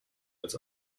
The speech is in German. als